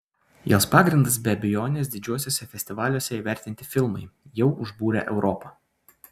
jos pagrindas be abejonės didžiuosiuose festivaliuose įvertinti filmai jau užbūrę europą